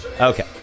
Okay